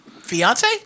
Fiance